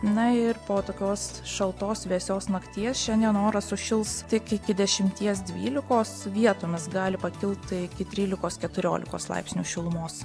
na ir po tokios šaltos vėsios nakties šiandien oras sušils tik iki dešimties dvylikos vietomis gali pakilti iki trylikos keturiolikos laipsnių šilumos